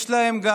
יש להם גם